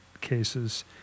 cases